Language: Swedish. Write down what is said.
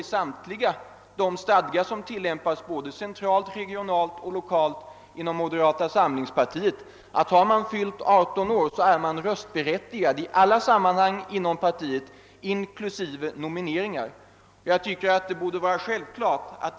I samtliga stadgar som tillämpas inom moderata samlingspartiet — såväl centralt, regionalt som lokalt — står att den som har fyllt 18 år är röstberättigad i alla sammanhang inom partiet inklusive nomineringar.